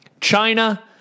China